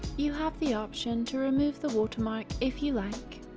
you have the option to remove the watermark if you like.